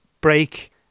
break